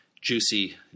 juicy